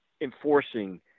enforcing